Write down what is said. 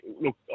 look